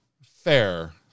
fair